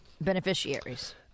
beneficiaries